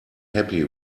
happy